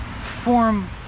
form